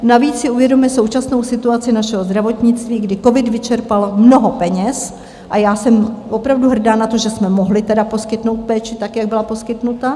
Navíc si uvědomme současnou situaci našeho zdravotnictví, kdy covid vyčerpal mnoho peněz, a já jsem opravdu hrdá na to, že jsme mohli poskytnout péči tak, jak byla poskytnuta.